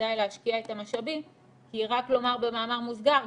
כדאי להשקיע את המשאבים כי רק לומר במאמר מוסגר,